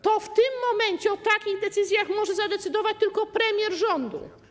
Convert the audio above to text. To w tym momencie o takich decyzjach może zadecydować tylko premier rządu.